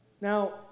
Now